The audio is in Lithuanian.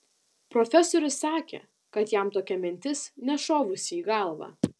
profesorius sakė kad jam tokia mintis nešovusi į galvą